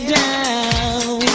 down